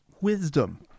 wisdom